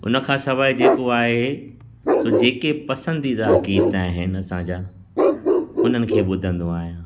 उन खां सवाइ जेको आहे सो जेके पसंदीदा गीत आहिनि असांजा उन्हनि खे ॿुधंदो आहियां